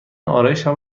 آرایشم